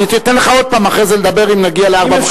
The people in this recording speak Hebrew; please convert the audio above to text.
אני אתן לך עוד פעם לדבר אם נגיע ל-16:30.